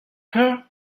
her